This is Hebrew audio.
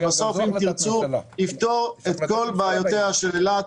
שבסוף יפתור את כל בעיותיה של אילת.